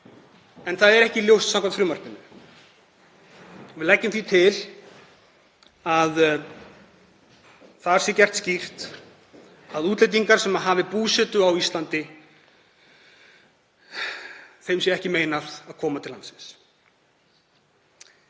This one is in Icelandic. En það er ekki ljóst samkvæmt frumvarpinu og við leggjum því til að það sé gert skýrt að útlendingum sem hafa búsetu á Íslandi sé ekki meinað að koma til landsins.